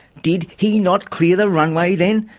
did he not clear the runway then?